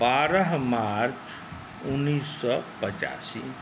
बारह मार्च उन्नैस सए पचासी